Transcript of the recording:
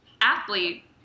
athlete